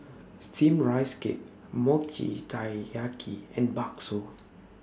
Steamed Rice Cake Mochi Taiyaki and Bakso